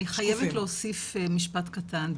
אני חייבת להוסיף משפט קטן.